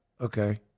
okay